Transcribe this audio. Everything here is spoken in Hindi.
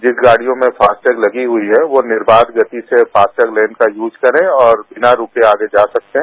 जिस गाडियों में फास्टैग लगी हुई है वह निर्वाध गति से फास्ट लेन का यूज करे और बिना रुके आगे जा सकते हैं